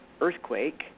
earthquake